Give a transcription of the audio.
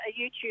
YouTube